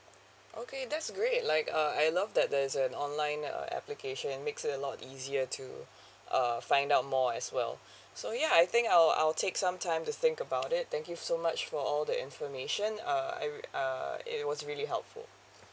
okay that's great like uh I love that there's an online uh application makes it a lot easier to uh find out more as well so ya I think I'll I'll take some time to think about it thank you so much for all the information uh I uh it was really helpful